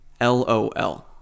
LOL